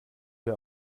wir